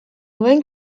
duen